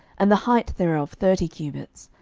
and the height thereof thirty cubits.